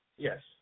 Yes